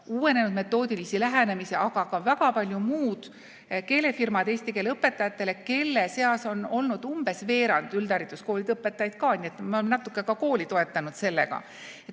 uuenenud metoodilisi lähenemisi, aga ka väga palju muud keelefirmade eesti keele õpetajatele, kelle seas on olnud umbes veerand üldhariduskoolide õpetajaid ka, nii et me oleme natuke ka kooli toetanud sellega.